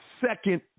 second